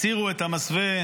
הסירו את המסווה,